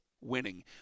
winning